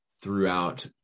throughout